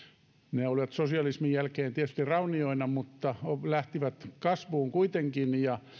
ne olivat sosialismin jälkeen tietysti raunioina mutta lähtivät kasvuun kuitenkin ja